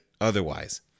otherwise